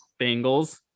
Bengals